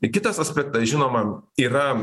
kitas aspektas žinoma yra